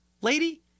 lady